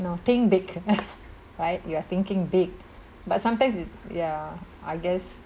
no think big right you are thinking big but sometimes it ya I guess